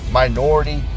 minority